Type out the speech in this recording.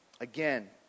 Again